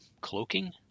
cloaking